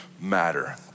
matter